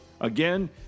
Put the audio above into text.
Again